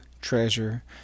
treasure